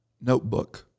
notebook